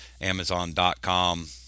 Amazon.com